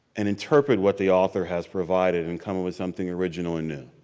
and interpret what the author has provided and come up with something original and new.